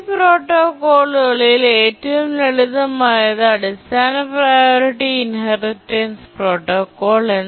ഈ പ്രോട്ടോക്കോളുകളിൽ ഏറ്റവും ലളിതമായത് അടിസ്ഥാന priority inheritance protocol priority inheritance protocol